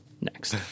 next